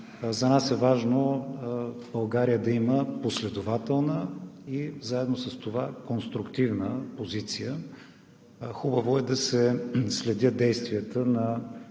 наистина е важно България да има последователна и заедно с това конструктивна позиция. Хубаво е да се следят действията на